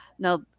Now